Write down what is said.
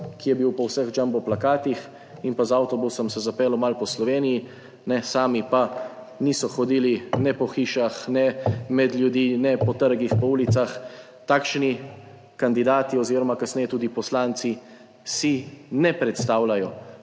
ki je bil po vseh jumbo plakatih in pa z avtobusom se zapeljal malo po Sloveniji, sami pa niso hodili ne po hišah, ne med ljudi, ne po trgih, po ulicah. Takšni kandidati oziroma kasneje tudi poslanci si ne predstavljajo,